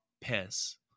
piss